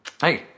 Hey